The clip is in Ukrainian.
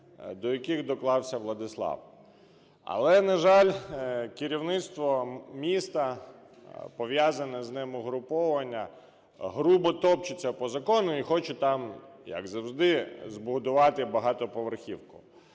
до яких доклався Владислав. Але, на жаль, керівництво міста, пов'язані з ним угруповання грубо топчуться по закону і хочуть там, як завжди, збудувати багатоповерхівку.